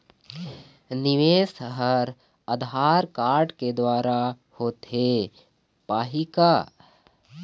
निवेश हर आधार कारड के द्वारा होथे पाही का?